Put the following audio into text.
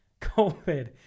COVID